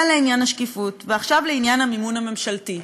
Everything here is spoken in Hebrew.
זה לעניין השקיפות, ועכשיו לעניין המימון הממשלתי.